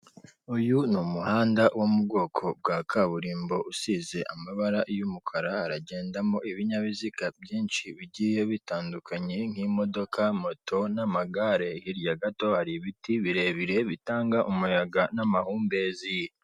Uyu ni umuhanda wo mu bwoko bwa kaburimbo usize amabara y'umukara haragendamo ibinyabiziga byinshi bigiye bitandukanye nk'imodoka, moto n'amagare. Hirya gato hari ibiti birebire bitanga umuyaga n'amahumbezi.